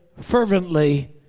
fervently